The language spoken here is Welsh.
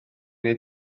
wnei